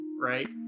right